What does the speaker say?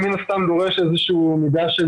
מן הסתם,